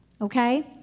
Okay